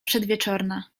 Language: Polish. przedwieczorna